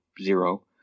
zero